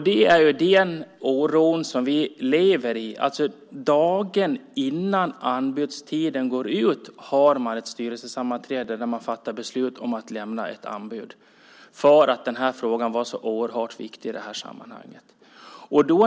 Det är den oron vi lever med. Dagen innan anbudstiden går ut har man alltså ett styrelsesammanträde där man fattar beslut om att lämna ett anbud, eftersom den här frågan var så oerhört viktig i sammanhanget.